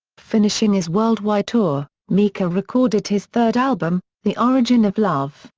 finishing his worldwide tour, mika recorded his third album, the origin of love,